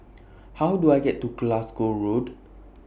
How Do I get to Glasgow Road